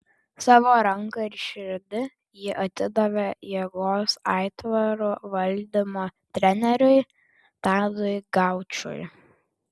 savo ranką ir širdį ji atidavė jėgos aitvarų valdymo treneriui tadui gaučui